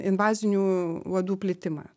invazinių uodų plitimą